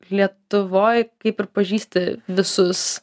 lietuvoj kaip ir pažįsti visus